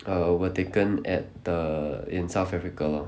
err were taken at the in south africa lor